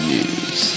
News